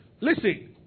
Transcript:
Listen